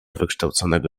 wykształconego